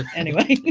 anyway. thank you.